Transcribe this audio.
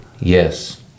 Yes